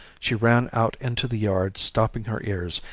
she ran out into the yard stopping her ears,